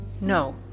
No